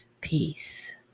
Peace